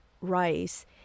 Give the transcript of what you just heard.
rice